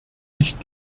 nicht